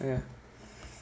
ya